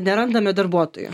nerandame darbuotojų